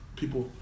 people